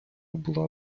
була